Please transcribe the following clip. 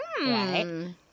Right